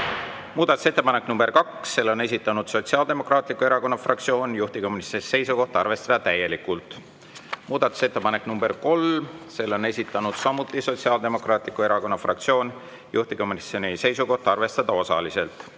toetuse. Muudatusettepanek nr 2, selle on esitanud Sotsiaaldemokraatliku Erakonna fraktsioon, juhtivkomisjoni seisukoht: arvestada täielikult. Muudatusettepanek nr 3, selle on esitanud samuti Sotsiaaldemokraatliku Erakonna fraktsioon, juhtivkomisjoni seisukoht: arvestada osaliselt.